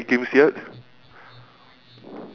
ya I mean it's two years ago that I bought it